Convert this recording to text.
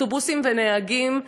אוטובוסים ונהגים,